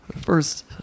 First